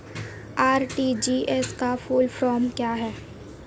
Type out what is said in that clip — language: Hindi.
आर.टी.जी.एस का फुल फॉर्म क्या है?